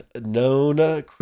known